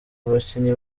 abakinnyi